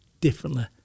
differently